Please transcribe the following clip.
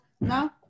No